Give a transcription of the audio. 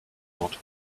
not